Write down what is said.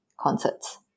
concerts